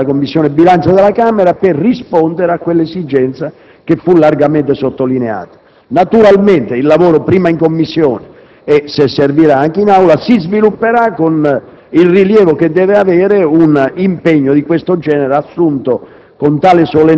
il Presidente della Commissione bilancio della Camera per rispondere a quell'esigenza che fu largamente sottolineata. Naturalmente il lavoro, prima in Commissione e, se servirà, anche in Aula, si svilupperà con il rilievo che deve avere un impegno di tal genere, assunto